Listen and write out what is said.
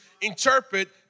interpret